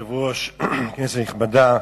אדוני היושב-ראש, כנסת נכבדה,